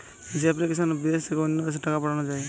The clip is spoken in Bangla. যে এপ্লিকেশনে বিদেশ থেকে অন্য দেশে টাকা পাঠান যায়